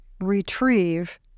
retrieve